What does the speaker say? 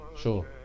Sure